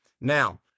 Now